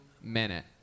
minute